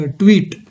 tweet